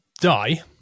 die